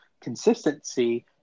consistency